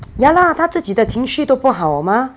ya lah 她自己的情绪都不好 mah